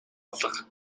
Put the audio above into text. алга